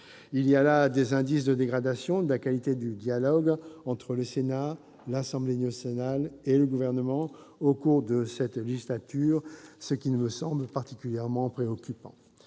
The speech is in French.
Il y a là des indices de dégradation de la qualité du dialogue entre le Sénat, l'Assemblée nationale et le Gouvernement au cours de cette législature. Cette situation me semble particulièrement préoccupante.